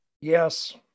Yes